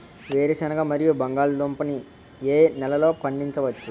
వేరుసెనగ మరియు బంగాళదుంప ని ఏ నెలలో పండించ వచ్చు?